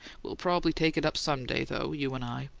we'll probably take it up some day, though, you and i.